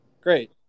Great